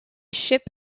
ship